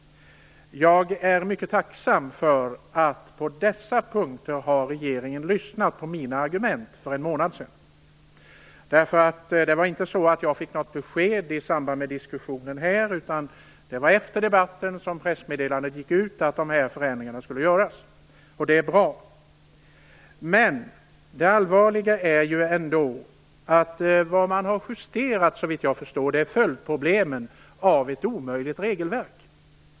Jag är mycket tacksam för att regeringen på dessa punkter har lyssnat på mina argument för en månad sedan. Jag fick inget besked i samband med diskussionen här, utan det var efter debatten som det gick ut ett pressmeddelande om att de här förändringarna skulle göras. Det är bra. Det allvarliga är dock att vad man har justerat gäller, såvitt jag förstår, följdproblemen av ett omöjligt regelverk.